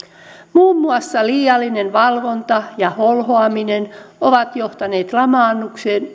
muun muassa liiallinen valvonta ja holhoaminen ovat johtaneet lamaannukseen